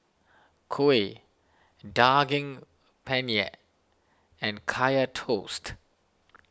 Kuih Daging Penyet and Kaya Toast